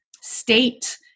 state